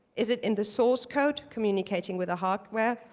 is it in the source code communicating with the hardware?